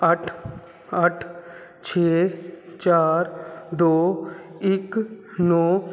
ਅੱਠ ਅੱਠ ਛੇ ਚਾਰ ਦੋ ਇੱਕ ਨੌਂ